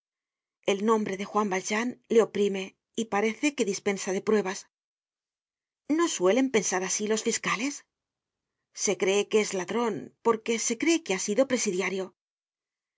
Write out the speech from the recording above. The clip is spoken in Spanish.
el nombre de juan valjean le oprime y parece que dispensa de pruebas no suelen pensar asi los fiscales se cree que es ladron porque se cree que ha sido presidiario